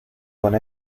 con